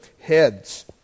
heads